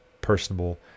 personable